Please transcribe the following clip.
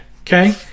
okay